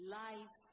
life